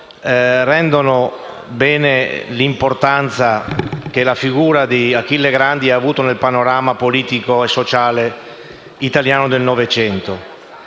rendono bene l'importanza che la figura di Achille Grandi ha avuto nel panorama politico e sociale italiano del Novecento.